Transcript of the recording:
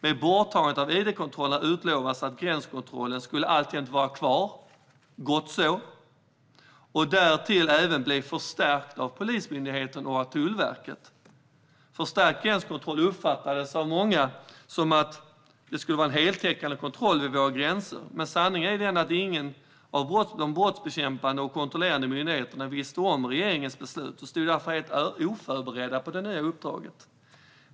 Med borttagandet av id-kontrollerna utlovades att gränskontrollen alltjämt skulle vara kvar - gott så - och därtill även bli förstärkt av Polismyndigheten och Tullverket. Förstärkt gränskontroll uppfattades av många som en heltäckande kontroll vid våra gränser, men sanningen är att ingen av de brottsbekämpande och kontrollerade myndigheterna visste om regeringens beslut och därför stod helt oförberedda på det nya uppdraget.